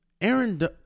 Aaron